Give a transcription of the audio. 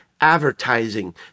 advertising